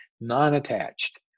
non-attached